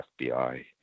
FBI